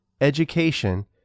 education